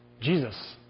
Jesus